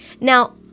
Now